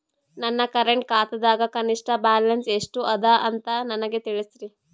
ನನ್ನ ಕರೆಂಟ್ ಖಾತಾದಾಗ ಕನಿಷ್ಠ ಬ್ಯಾಲೆನ್ಸ್ ಎಷ್ಟು ಅದ ಅಂತ ನನಗ ತಿಳಸ್ರಿ